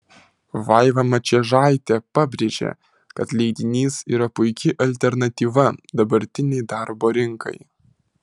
vaiva mačiežaitė pabrėžė kad leidinys yra puiki alternatyva dabartinei darbo rinkai